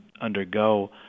undergo